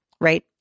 right